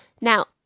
now